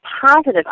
positive